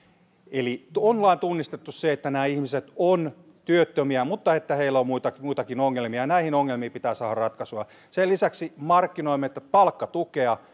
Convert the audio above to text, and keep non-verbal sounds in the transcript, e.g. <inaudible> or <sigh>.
ollaan tunnistettu se että nämä ihmiset ovat työttömiä mutta että heillä on muitakin ongelmia ja näihin ongelmiin pitää saada ratkaisua sen lisäksi markkinoimme palkkatukea <unintelligible>